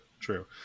true